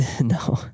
No